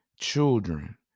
Children